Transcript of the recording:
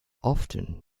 often